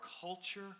culture